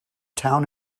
town